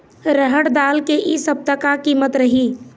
रहड़ दाल के इ सप्ता का कीमत रही?